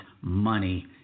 money